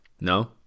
No